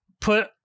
put